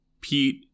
Pete